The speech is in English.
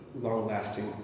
long-lasting